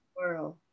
world